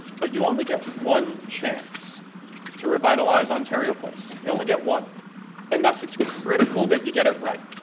but you only get one chance to revitalize ontario place, you only get one and thus, it's critical that you get it right.